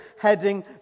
heading